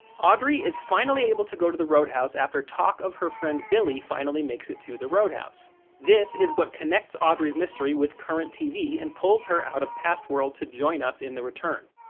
audrey is finally able to go to the roadhouse after talk of her friend billy finally makes it to the roadhouse this is what connects audrey's mystery with current tv and pulls her out of past-world to join us in the return.